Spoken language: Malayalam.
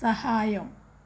സഹായം